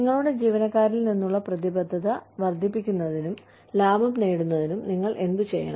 നിങ്ങളുടെ ജീവനക്കാരിൽ നിന്നുള്ള പ്രതിബദ്ധത വർദ്ധിപ്പിക്കുന്നതിനും ലാഭം നേടുന്നതിനും നിങ്ങൾ എന്തുചെയ്യണം